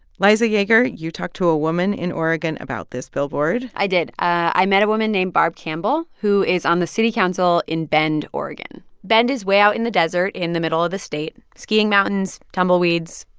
liza yeager, you talked to a woman in oregon about this billboard i did. i met a woman named barb campbell, who is on the city council in bend, ore. bend is way out in the desert in the middle of the state skiing, mountains, tumbleweeds.